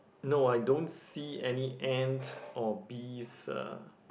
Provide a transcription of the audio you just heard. no I don't see any ant or bees uh